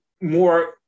more